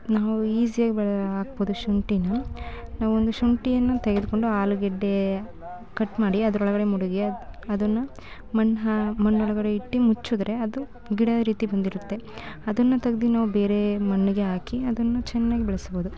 ನಾವು ಈಝಿಯಾಗಿ ಬೆಳೆ ಹಕ್ಬೋದು ಶುಂಠಿನ ನಾವೊಂದು ಶುಂಠಿಯನ್ನ ತೆಗೆದುಕೊಂಡು ಆಲೂಗೆಡ್ಡೆ ಕಟ್ ಮಾಡಿ ಅದರೊಳಗಡೆ ಮುಡ್ಗಿ ಅದು ಅದನ್ನು ಮಣ್ಣು ಹಾ ಮಣ್ಣೊಳಗಡೆ ಇಟ್ಟು ಮುಚ್ಚಿದ್ರೆ ಅದು ಗಿಡ ರೀತಿ ಬಂದಿರುತ್ತೆ ಅದನ್ನು ತೆಗ್ದು ನಾವು ಬೇರೆ ಮಣ್ಣಿಗೆ ಹಾಕಿ ಅದನ್ನು ಚೆನ್ನಾಗಿ ಬೆಳೆಸ್ಬೋದು